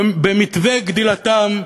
במתווה גדילתם,